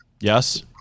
Yes